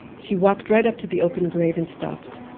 she walked right up to the open grave, and stopped.